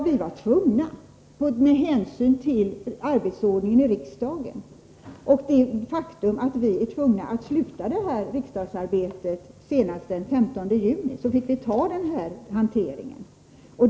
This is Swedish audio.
Vi var tvungna att göra så här. Med hänsyn till arbetsordningen i riksdagen och det faktum att vi är tvungna att sluta riksdagsarbetet senast den 15 juni fick vi acceptera den här hanteringen.